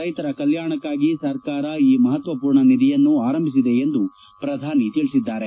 ರೈತರ ಕಲ್ಕಾಣಕಾಗಿ ಸರ್ಕಾರ ಈ ಮಪತ್ವಹೂರ್ಣ ನಿಧಿಯನ್ನು ಆರಂಭಿಸಿದೆ ಎಂದು ಅವರು ತಿಳಿಸಿದ್ದಾರೆ